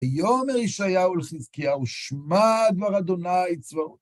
ויאמר ישעיהו לחזקיהו שמע דבר אדוני צבאות.